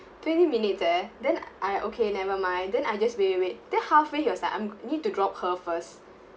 twenty minutes there then I okay never mind then I just let him wait then halfway he was like I'm need to drop her first